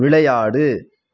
விளையாடு